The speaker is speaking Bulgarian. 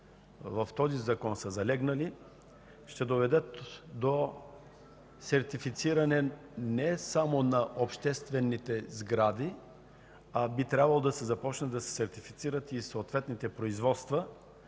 в този закон, ще доведат до сертифициране не само на обществените сгради, а би трябвало да започнат да се сертифицират и съответните производства